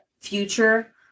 future